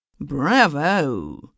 bravo